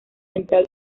central